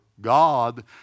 God